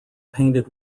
painted